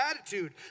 attitude